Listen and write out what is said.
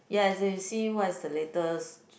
yes you see what is the latest